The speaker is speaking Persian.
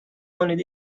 کنید